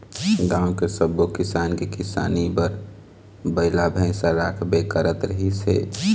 गाँव के सब्बो किसान के किसानी बर बइला भइसा राखबे करत रिहिस हे